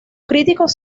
críticos